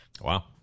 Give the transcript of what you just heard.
Wow